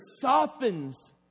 softens